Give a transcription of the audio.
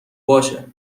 باشه